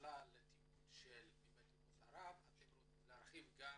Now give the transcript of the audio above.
הממשלה לתיעוד ממדינות ערב, אתם רוצים להרחיב גם